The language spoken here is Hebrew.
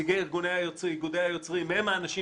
נציגי איגודי היוצרים הם האנשים